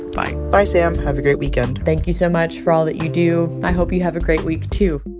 bye bye, sam. have a great weekend thank you so much for all that you do. i hope you have a great week, to